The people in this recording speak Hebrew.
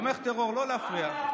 תומך טרור, לא להפריע.